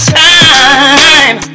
time